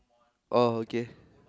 oh okay